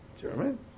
German